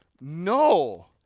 No